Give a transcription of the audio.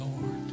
Lord